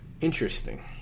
Interesting